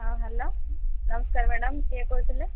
ହଁ ହେଲୋ ନମସ୍କାର ମ୍ୟାଡମ୍ କିଏ କହୁଥିଲେ